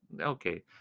Okay